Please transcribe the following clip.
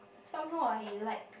somehow I like